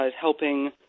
helping